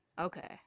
Okay